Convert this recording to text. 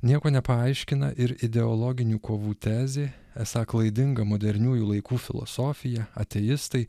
nieko nepaaiškina ir ideologinių kovų tezė esą klaidinga moderniųjų laikų filosofija ateistai